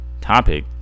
topic